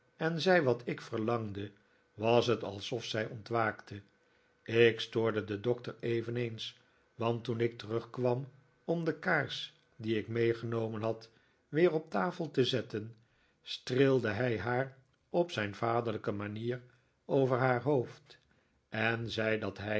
en zei wat ik verlangde was het alsof zij ontwaakte ik stporde den doctor eveneens want toen ik terugkwam om de kaars die ik meegenomen had weer op de tafel te zetten streelde hij haar op zijn vaderlijke manier over haar hoofd en zei dat hij